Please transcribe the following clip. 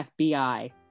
FBI